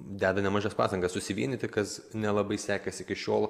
deda nemažas pastangas susivienyti kas nelabai sekės iki šiol